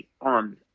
on